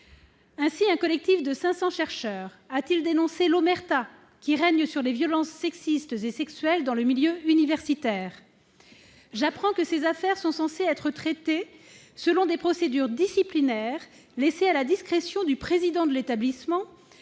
Ainsi, un collectif de 500 chercheurs a dénoncé l'omerta qui règne sur les violences sexistes et sexuelles dans le milieu universitaire. J'apprends que ces affaires sont censées être traitées selon des procédures disciplinaires laissées à la discrétion du président de l'établissement